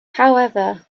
however